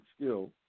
skill